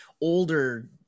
older